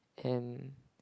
and